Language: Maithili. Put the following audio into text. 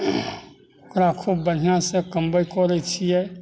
ओकरा खूब बढ़िआँसँ कमबै कोड़ै छियै